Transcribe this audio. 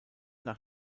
nach